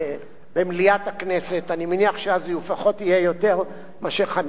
אני מניח שאז לפחות יהיו יותר מאשר חמישה חברי כנסת במליאה.